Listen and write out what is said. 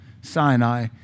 Sinai